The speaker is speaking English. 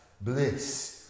bliss